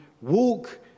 walk